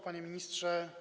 Panie Ministrze!